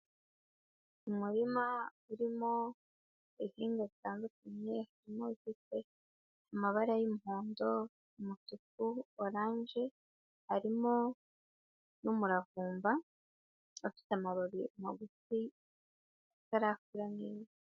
Umurima urimo ibihingwa bitandukanye harimo ibifite amabara yumuhondo, umutuku ,orange, harimo n'umuravumba ,ufite amababi magufi atarakura neza.